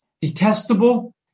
detestable